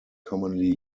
commonly